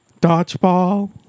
Dodgeball